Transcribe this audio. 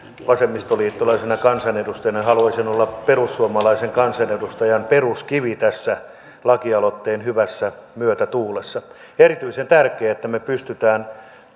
vasemmistoliittolaisena kansanedustajana haluaisin olla perussuomalaisen kansanedustajan peruskivi tässä lakialoitteen hyvässä myötätuulessa on erityisen tärkeää että me pystymme